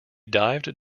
dived